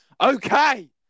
okay